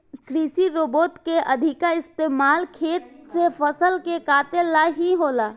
कृषि रोबोट के अधिका इस्तमाल खेत से फसल के काटे ला ही होला